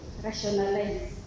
rationalize